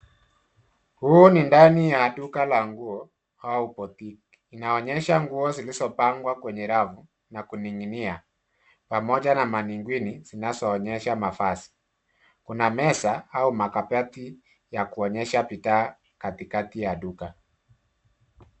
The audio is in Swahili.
Huu ni ndani ya duka la nguo au boutique .Inaonyesha nguo zilizopangwa kwenye rafu na kuning'inia pamoja na manequinns zinazoonyesha mavazi. Kuna meza au makabati ya kuonyesha bidhaa katikati ya duka.